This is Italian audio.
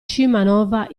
scimanova